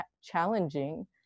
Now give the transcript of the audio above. challenging